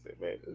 man